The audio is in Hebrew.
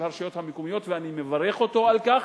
הרשויות המקומיות ואני מברך אותו על כך.